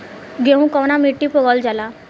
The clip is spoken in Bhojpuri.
गेहूं कवना मिट्टी पर उगावल जाला?